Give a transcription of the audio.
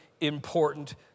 important